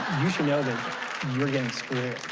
you should know that you're getting screwed.